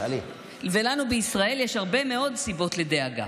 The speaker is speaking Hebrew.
לנו בישראל יש הרבה מאוד סיבות לדאגה.